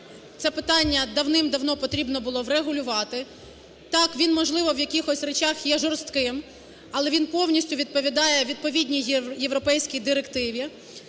це питання давним-давно потрібно було врегулювати. Так, він, можливо, в якихось речах є жорстким, але він повністю відповідає відповідній європейській директиві,